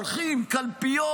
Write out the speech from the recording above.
הולכים לקלפיות,